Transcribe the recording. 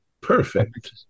perfect